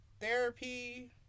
Therapy